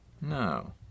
No